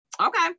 Okay